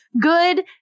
good